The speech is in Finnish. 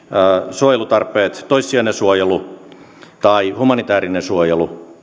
suojelutarpeet toissijainen suojelu tai humanitäärinen suojelu